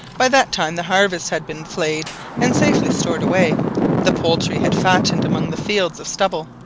by that time the harvest had been flailed and safely stowed away the poultry had fattened among the fields of stubble.